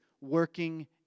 working